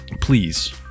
please